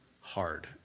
hard